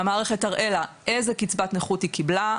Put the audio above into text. המערכת תראה לה איזו קצבת נכות היא קיבלה?